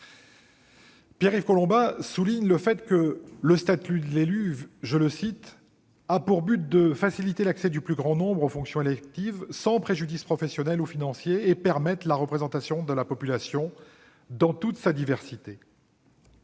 Pierre-Yves Collombat souligne que le statut de l'élu a pour but de « faciliter l'accession du plus grand nombre aux fonctions électives sans préjudice professionnel ou financier. Il doit permettre la représentation de la population dans toute sa diversité.